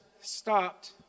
stopped